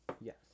yes